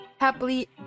happily